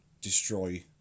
destroy